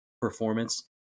performance